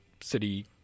city